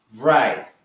right